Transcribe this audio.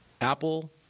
Apple